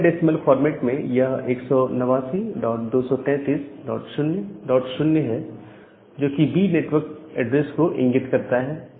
dotted decimal format में यह 18923300 है जो कि B नेटवर्क एड्रेस को इंगित करता है